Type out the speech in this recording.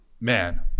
man